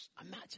Imagine